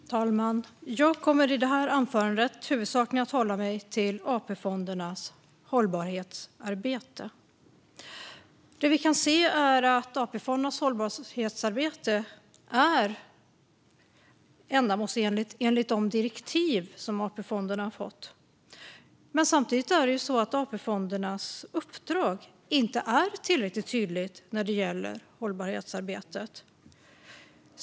Fru talman! Jag kommer i det här anförandet huvudsakligen att hålla mig till AP-fondernas hållbarhetsarbete. Det vi kan se är att hållbarhetsarbetet är ändamålsenligt enligt de direktiv som AP-fonderna har fått. Samtidigt kan vi se att AP-fondernas uppdrag inte är tillräckligt tydligt när det gäller hållbarhetsarbetet.